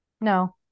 No